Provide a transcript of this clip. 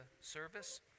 service